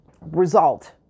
result